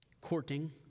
courting